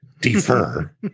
defer